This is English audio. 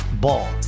Ball